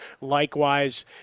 Likewise